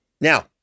now